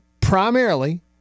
primarily